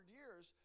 years